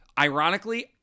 ironically